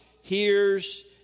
hears